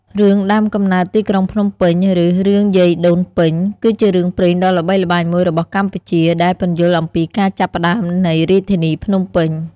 រឿង ដើមកំណើតទីក្រុងភ្នំពេញ ឬ រឿងយាយដូនពេញ គឺជារឿងព្រេងដ៏ល្បីល្បាញមួយរបស់កម្ពុជា ដែលពន្យល់អំពីការចាប់ផ្តើមនៃរាជធានីភ្នំពេញ។